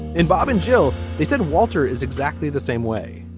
and bob and jill they said walter is exactly the same way